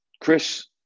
Chris